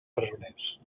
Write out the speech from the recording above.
presoners